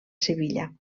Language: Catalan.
sevilla